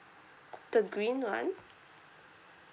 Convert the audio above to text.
the green [one]